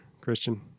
christian